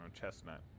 chestnut